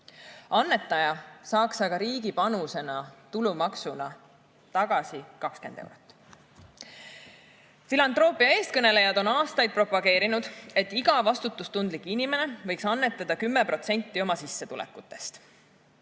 Annetaja saaks aga riigi panusena tulumaksuna tagasi 20 eurot. Filantroopia eestkõnelejad on aastaid propageerinud, et iga vastutustundlik inimene võiks annetada 10% oma sissetulekutest.